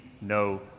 no